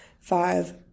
five